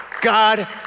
God